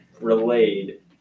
relayed